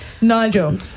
Nigel